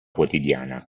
quotidiana